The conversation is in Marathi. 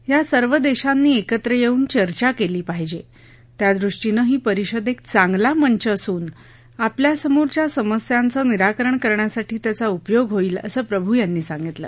या सर्व देशांनी एकत्र येऊन चर्चा केली पाहिजे त्यादृष्टीनं ही परिषद एक चांगला मंच असून आपल्या समोरच्या समस्यांचं निराकरण करण्यासाठी त्याचा उपयोग होईल असं प्रभू यांनी यावेळी सांगितलं